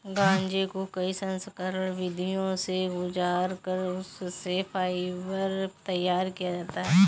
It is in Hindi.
गांजे को कई संस्करण विधियों से गुजार कर उससे फाइबर तैयार किया जाता है